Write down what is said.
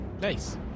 Nice